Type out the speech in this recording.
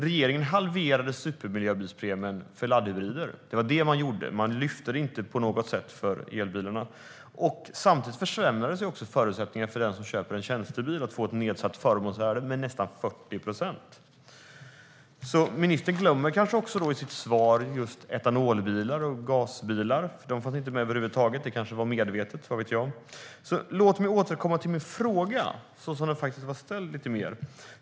Regeringen halverade supermiljöbilspremien för laddhybrider - det var det man gjorde. Man lyfte det inte på något sätt för elbilarna. Samtidigt försämrades också förutsättningarna för den som köper en tjänstebil att få ett nedsatt förmånsvärde med nästan 40 procent. Ministern glömmer också i sitt svar etanolbilar och gasbilar. De fanns inte med över huvud taget. Det kanske var medvetet - vad vet jag. Låt mig återkomma till min fråga, som den faktiskt var ställd.